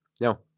no